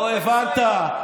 לא הבנת.